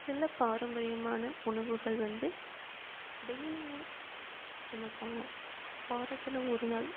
சில பாரம்பரியமான உணவுகள் வந்து டெய்லியுமே சமைப்பாங்க வாரத்தில் ஒரு நாள்